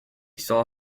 saw